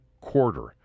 quarter